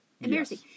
Embarrassing